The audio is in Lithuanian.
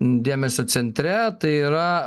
dėmesio centre tai yra